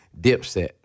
Dipset